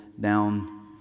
down